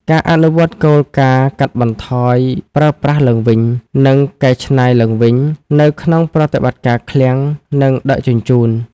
ការអនុវត្តគោលការណ៍កាត់បន្ថយ ប្រើប្រាស់ឡើងវិញ និងកែច្នៃឡើងវិញ នៅក្នុងប្រតិបត្តិការឃ្លាំង និងដឹកជញ្ជូន។